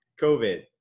COVID